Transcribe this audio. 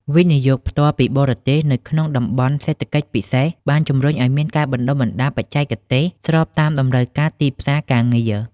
វិនិយោគផ្ទាល់ពីបរទេស នៅក្នុង តំបន់សេដ្ឋកិច្ចពិសេស បានជម្រុញឱ្យមានការបណ្ដុះបណ្ដាលបច្ចេកទេស ស្របតាមតម្រូវការទីផ្សារការងារ។